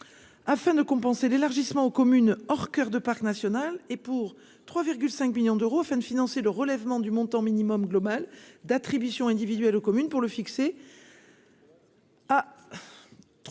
afin de compenser l'élargissement aux communes, or, coeur de parc national et pour 3 5 millions d'euros fait financer le relèvement du montant minimum global d'attribution individuelle aux communes pour le fixer ah. Trois mille trois